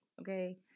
Okay